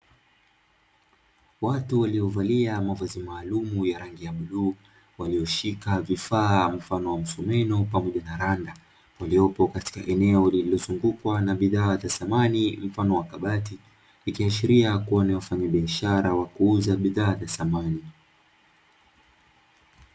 Watu walio valia mavazi maalumu ya rangi ya bluu, walioshika vifaa mfano wa msumeno pamoja na randa; waliopo katika eneo lililozungukwa na bidhaa za samani, mfano wa kabati, ikiashilria kuwa ni wafanyabiashara wa kuuza bidhaa za samani.